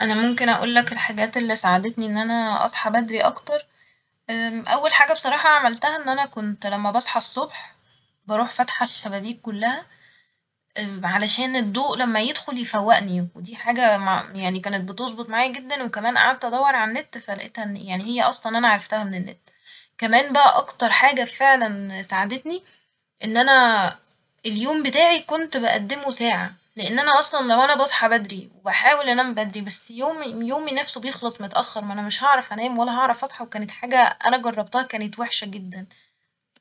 أنا ممكن أقولك الحاجات اللي ساعدتني إن أنا أصحى بدري أكتر أول حاجة بصراحة عملتها إن أنا كنت لما بصحى الصبح بروح فاتحة الشبابيك كلها علشان الضوء لما يدخل يفوقني ودي حاجة م يعني كانت بتظبط معايا جدا وكمان قعدت أدور ع النت ف لقيتها إن يعني هي أصلا أنا عرفتها من النت ، كمان بقى أكتر حاجة فعلا ساعدتني إن أنا اليوم بتاعي كنت بقدمه ساعة لإن أنا اصلا لو أنا بصحى بدري وبحاول أنام بدري بس يومي- يومي نفسه بيخلص متأخر ما أنا مش هعرف أنام ولا هعرف أصحى وكانت حاجة أنا جربتها كانت وحشة جدا